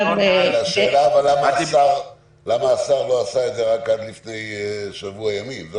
השאלה למה השר לא עשה את זה רק עד לפני שבוע ימים?